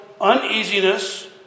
uneasiness